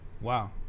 Wow